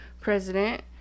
president